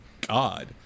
god